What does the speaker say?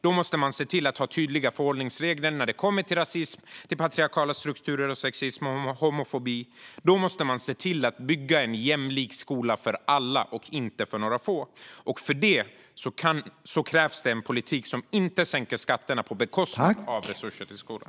Man måste se till att ha tydliga förhållningsregler när det kommer till rasism, patriarkala strukturer, sexism och homofobi. Man måste se till att bygga en jämlik skola för alla, inte bara för några få. Och för det krävs det en politik som inte sänker skatterna på bekostnad av resurser till skolan.